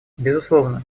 безусловно